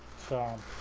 fall